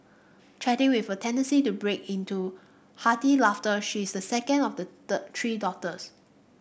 chatty with a tendency to break into hearty laughter she is the second of the the three daughters